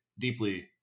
deeply